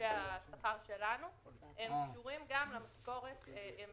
מתלושי השכר שלנו הם יחסיים למשכורת.